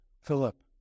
Philip